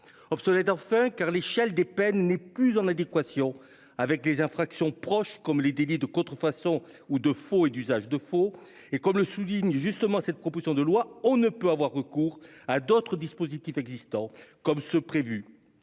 obsolète, enfin, car l'échelle des peines n'est plus en adéquation avec les infractions similaires, comme les délits de contrefaçon ou de faux et d'usage de faux. Comme le souligne justement la proposition de loi, le recours aux dispositifs existants, comme ceux qui